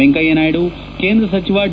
ವೆಂಕಯ್ತ ನಾಯ್ನು ಕೇಂದ್ರ ಸಚಿವ ಡಿ